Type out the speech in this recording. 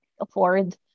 afford